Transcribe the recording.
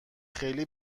خیلی